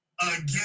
Again